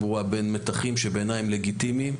ברורה בין מתחים שבעיניי הם לגיטימיים,